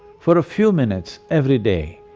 for a few minutes every day,